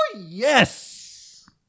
Yes